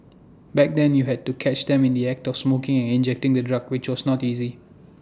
back then you had to catch them in the act of smoking and injecting the drugs which was not easy